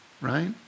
right